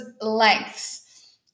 lengths